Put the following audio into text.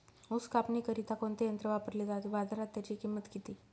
ऊस कापणीकरिता कोणते यंत्र वापरले जाते? बाजारात त्याची किंमत किती?